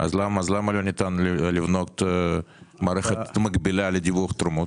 אז למה לא ניתן לבנות מערכת מקבילה לדיווח תרומות?